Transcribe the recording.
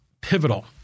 pivotal